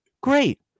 Great